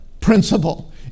principle